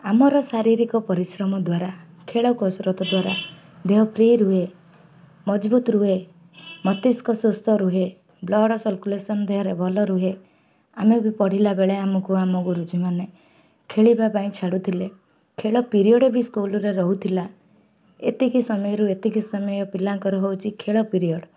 ଆମର ଶାରୀରିକ ପରିଶ୍ରମ ଦ୍ୱାରା ଖେଳ କସରତ ଦ୍ୱାରା ଦେହ ଫ୍ରି ରୁହେ ମଜବୁତ ରୁହେ ମସ୍ତିଷ୍କ ସୁସ୍ଥ ରୁହେ ବ୍ଲଡ଼ ସର୍କୁଲେସନ୍ ଦେହରେ ଭଲ ରୁହେ ଆମେ ବି ପଢ଼ିଲା ବେଳେ ଆମକୁ ଆମ ଗୁରୁଜୀମାନେ ଖେଳିବା ପାଇଁ ଛାଡ଼ୁଥିଲେ ଖେଳ ପିରିୟଡ଼ ବି ସ୍କୁଲରେ ରହୁଥିଲା ଏତିକି ସମୟରୁ ଏତିକି ସମୟ ପିଲାଙ୍କର ହେଉଛି ଖେଳ ପିରିୟଡ଼